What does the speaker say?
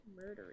murdery